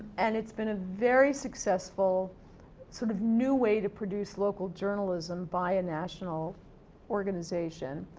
and it's been a very successful sort of new way to produce local journalism by a national organization.